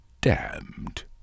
damned